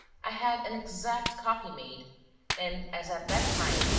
i had an exact copy made and as, at that time,